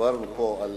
כשדיברנו פה על